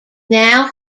now